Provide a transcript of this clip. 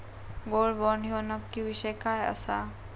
Gold bond ह्यो नक्की विषय काय आसा?